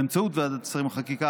באמצעות ועדת השרים לחקיקה,